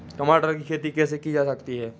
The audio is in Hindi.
टमाटर की खेती कैसे की जा सकती है?